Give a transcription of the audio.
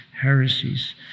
heresies